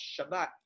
Shabbat